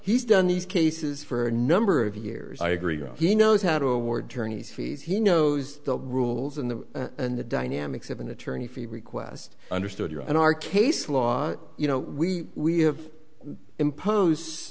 he's done these cases for a number of years i agree he knows how to award tourney's fees he knows the rules and the and the dynamics of an attorney feel request understood here on our case law you know we we have impose